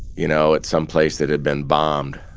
you know, at some place that had been bombed.